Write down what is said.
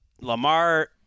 Lamar